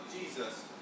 Jesus